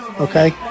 okay